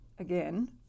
again